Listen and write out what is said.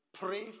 Pray